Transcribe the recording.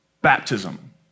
baptism